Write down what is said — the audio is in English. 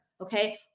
Okay